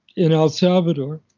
in el salvador.